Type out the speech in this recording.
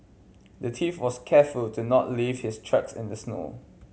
the thief was careful to not leave his tracks in the snow